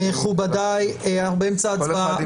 מכובדיי, אנחנו באמצע הצבעה.